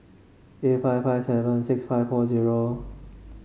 eight five five seven six five four zero